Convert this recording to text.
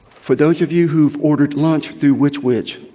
for those of you who have ordered lunch through which wich,